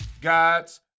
God's